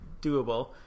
doable